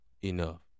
enough